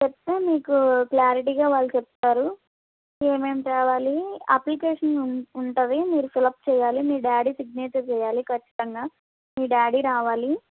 చెప్తే మీకు క్లారిటిగా వాళ్ళు చెప్తారు ఏమేమి తేవాలి అప్లికేషన్ ఉన్ ఉంటుంది మీరు ఫిలప్ చేయాలి మీ డాడీ సిగ్నేచర్ చేయాలి ఖచ్చితంగా మీ డాడీ రావాలి